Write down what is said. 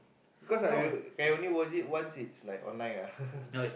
cause I know I only watch it once it's like online ah